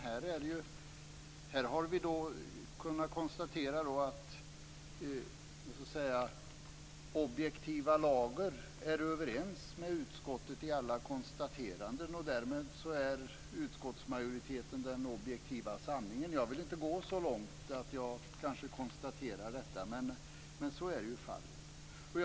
Här har vi kunnat konstatera att objektiva Lager är överens med utskottet i alla konstateranden, och därmed är utskottsmajoritetens uppfattning den objektiva sanningen. Jag vill kanske inte gå så långt att jag konstaterar detta, men så är fallet.